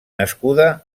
nascuda